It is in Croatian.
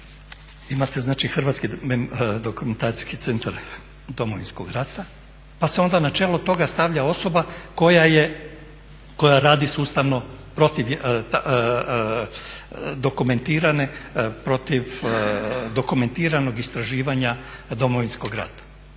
imate znači Hrvatski dokumentacijski centar Domovinskog rata pa se onda na čelo toga stavlja osoba koja je, koja radi sustavno protiv dokumentirane, protiv dokumentiranog